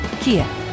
Kia